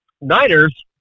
Niners